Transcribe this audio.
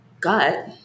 gut